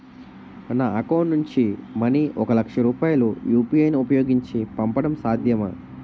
నా అకౌంట్ నుంచి మనీ ఒక లక్ష రూపాయలు యు.పి.ఐ ను ఉపయోగించి పంపడం సాధ్యమా?